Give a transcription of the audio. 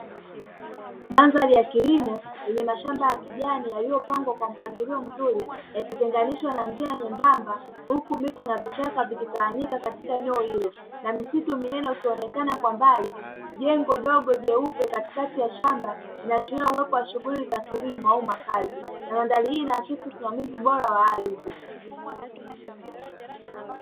Mandhari ya kilimo yenye mashamba ya kijani yaliyopangwa kwa mpangilio mzuri yakitenganishwa na njia nyembamba, huku miti na vichaka vikitawanyika katika eneo hilo na msitu mwingine ukionekana kwa mbali; jengo dogo jeupe katikati ya shamba inaashira uwepo wa shughuli za kilimo au makazi na mandhari hii inaakisi usimamizi bora wa ardhi.